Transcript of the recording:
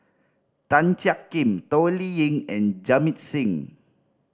Tan Jiak Kim Toh Liying and Jamit Singh